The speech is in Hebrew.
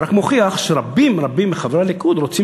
זה רק מוכיח שרבים רבים מחברי הליכוד רוצים